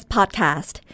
Podcast